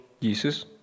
Jesus